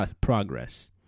progress